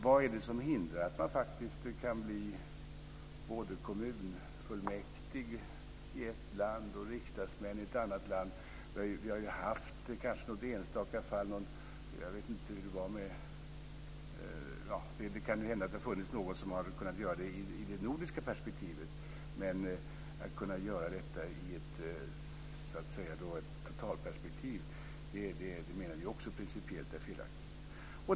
Vad är det som hindrar att man faktiskt kan bli både kommunfullmäktig i ett land och riksdagsman i ett annat land? Det kan ju hända att det har funnits någon som har kunnat göra det i det nordiska perspektivet. Men att kunna göra detta så att säga i ett totalperspektiv menar vi också är principiellt felaktigt.